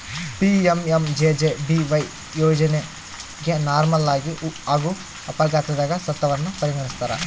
PMMJJBY ಯೋಜನೆಗ ನಾರ್ಮಲಾಗಿ ಹಾಗೂ ಅಪಘಾತದಗ ಸತ್ತವರನ್ನ ಪರಿಗಣಿಸ್ತಾರ